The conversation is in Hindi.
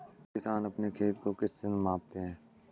किसान अपने खेत को किससे मापते हैं?